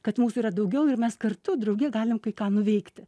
kad mūsų yra daugiau ir mes kartu drauge galim kai ką nuveikti